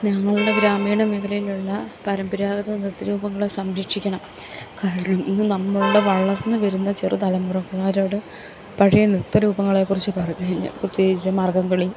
ഞങ്ങളുടെ ഗ്രാമീണ മേഖലയിലുള്ള പരമ്പരാഗത നൃത്ത രൂപങ്ങളെ സംരക്ഷിക്കണം കാരണം ഇന്ന് നമ്മളുടെ വളർന്ന് വരുന്ന ചെറു തലമുറക്കാരോട് പഴയ നൃത്ത രൂപങ്ങളെക്കുറിച്ച് പറഞ്ഞു കഴിഞ്ഞാൽ പ്രത്യേകിച്ച് മാർഗ്ഗംകളി